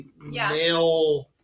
male